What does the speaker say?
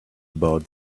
about